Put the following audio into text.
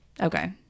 Okay